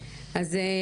שהגיע לכאן.